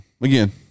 again